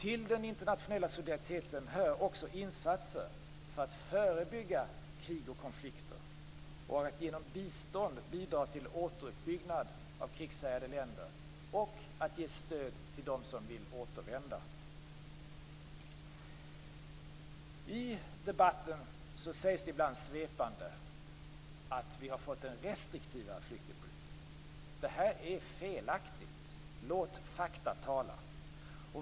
Till den internationella solidariteten hör också insatser för att förebygga krig och konflikter och för att genom bistånd bidra till återuppbyggnad av krigshärjade länder och ge stöd till dem som vill återvända. I den allmänna debatten sägs det ibland svepande att vi fått en restriktivare flyktingpolitik. Detta är felaktigt. Låt fakta tala!